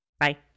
Bye